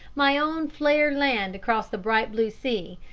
my own fair land across the bright blue sea,